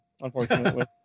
unfortunately